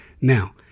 Now